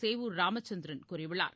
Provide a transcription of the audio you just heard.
சேவூர் ராமச்சந்திரன் கூறியுள்ளார்